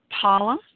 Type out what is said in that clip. Paula